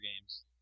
games